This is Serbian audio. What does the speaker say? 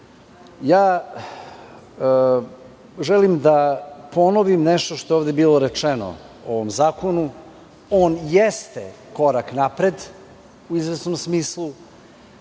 želim da ponovim nešto što je ovde bilo rečeno o ovom zakonu. On jeste korak napred u izvesnom smislu.